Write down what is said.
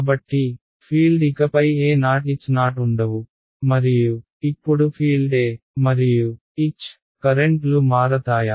కాబట్టి ఫీల్డ్ ఇకపై EoHo ఉండవు మరియు ఇప్పుడు ఫీల్డ్ E మరియు H కరెంట్లు మారతాయా